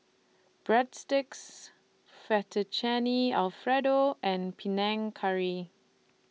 Breadsticks Fettuccine Alfredo and Panang Curry